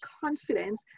confidence